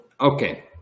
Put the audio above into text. Okay